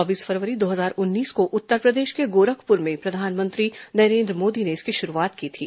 चौबीस फरवरी दो हजार उन्नीस को उत्तरप्रदेश के गोरखपुर में प्रधानमंत्री नरेन्द्र मोदी ने इसकी शुरूआत की थी